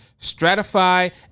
stratify